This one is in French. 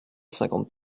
cinquante